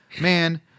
man